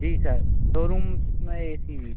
जी sir दो rooms में A C भी